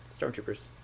Stormtroopers